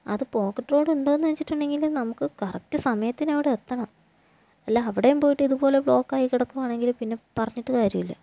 അത് pocket road ഉണ്ടോ എന്ന് വെച്ചിട്ടുണ്ടെങ്കിൽ നമുക്ക് കറക്റ്റ് സമയത്തിന് അവിടെ എത്തണം അല്ല അവിടെയും പോയിട്ട് ഇതുപോലെ ബ്ലോക്ക് അയി കിടക്കുവാണെങ്കിൽ പിന്നെ പറഞ്ഞിട്ട് കാര്യമില്ല